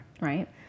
right